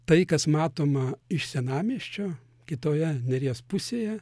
tai kas matoma iš senamiesčio kitoje neries pusėje